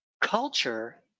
Culture